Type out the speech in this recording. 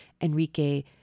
Enrique